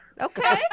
Okay